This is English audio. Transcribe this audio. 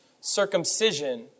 circumcision